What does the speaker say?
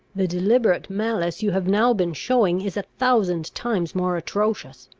the deliberate malice you have now been showing is a thousand times more atrocious.